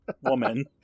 woman